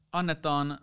annetaan